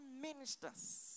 ministers